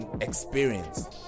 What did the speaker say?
experience